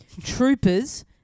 Troopers